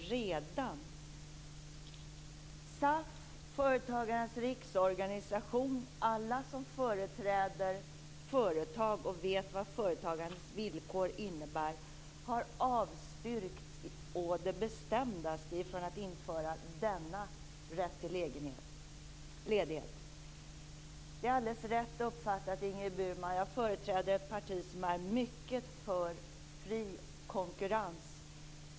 SAF, Företagarnas Riksorganisation, ja alla som företräder företag och vet vad företagandets villkor innebär har å det bestämdaste avstyrkt att man inför denna rätt till ledighet. Det är alldeles rätt uppfattat, Ingrid Burman. Jag företräder ett parti som är mycket för fri konkurrens.